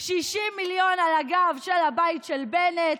60 מיליון על הגב של הבית של בנט,